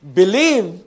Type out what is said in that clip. believe